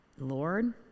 Lord